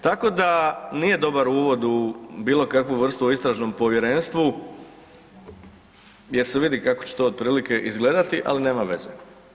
Tako da nije dobar uvod u bilo kakvu vrstu o istražnom povjerenstvu jer se vidi kako će to otprilike izgledati, ali nema veze.